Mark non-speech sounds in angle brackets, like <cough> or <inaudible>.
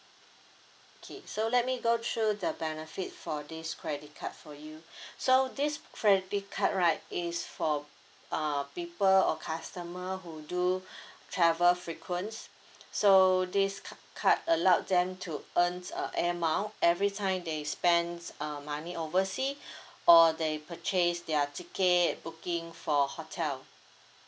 okay so let me go through the benefit for this credit card for you <breath> so this credit card right is for uh people or customer who do <breath> travel frequents so this ca~ card allow them to earn uh air mile every time they spend uh money oversea <breath> or they purchase their ticket booking for hotel